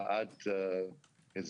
אני מתכבדת לפתוח את ישיבת ועדת הבריאות.